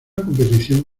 competición